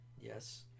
Yes